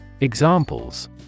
Examples